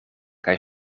kaj